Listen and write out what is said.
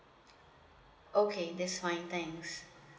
okay that's fine thanks